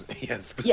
Yes